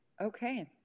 Okay